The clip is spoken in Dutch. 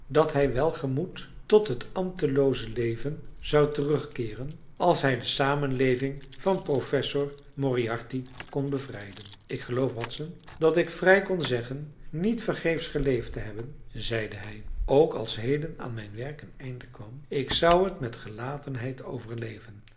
dat hij welgemoed tot het ambtelooze leven zou terugkeeren als hij de samenleving van professor moriarty kon bevrijden ik geloof watson dat ik vrij kon zeggen niet vergeefs geleefd te hebben zeide hij ook als heden aan mijn werk een einde kwam ik zou het met gelatenheid overleven